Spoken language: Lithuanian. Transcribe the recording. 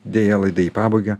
deja laida į pabaigą